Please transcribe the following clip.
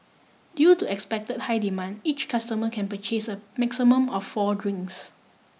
due to expect high demand each customer can purchase a maximum of four drinks